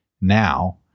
now